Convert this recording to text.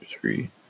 three